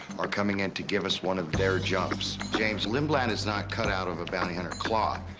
are coming in to give us one of their jumps. james lindblad. is not cut out of a bounty hunter cloth.